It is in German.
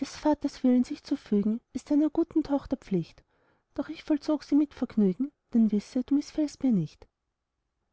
des vaters willen sich zu fügen ist einer guten tochter pflicht doch ich vollzog sie mit vergnügen denn wisse du mißfällst mir nicht